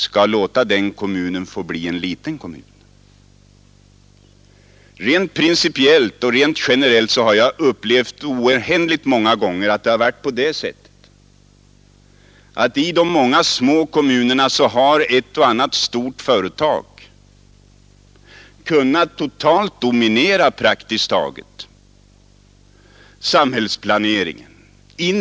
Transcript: Jag har många gånger upplevt att i de små kommunerna har ett och annat stort företag i varje fall indirekt totalt kunnat dominera praktiskt taget hela samhällsplaneringen.